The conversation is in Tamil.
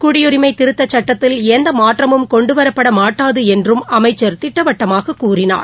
குடியுரிமை திருத்தச் சட்டத்தில் எந்த மாற்றமும் கொண்டுவரப்பட மாட்டாது என்றம் அமைச்ச் திட்டவட்டமாகக் கூறினார்